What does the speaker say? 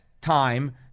time